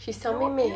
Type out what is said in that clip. she 小妹妹